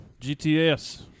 GTS